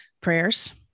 prayers